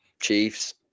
Chiefs